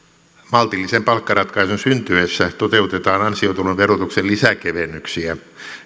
maltillisen palkkaratkaisun syntyessä toteutetaan ansiotuloverotuksen lisäkevennyksiä